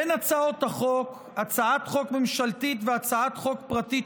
בין הצעות החוק הצעת חוק ממשלתית והצעת חוק פרטית